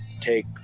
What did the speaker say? take